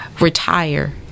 retire